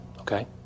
okay